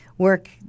work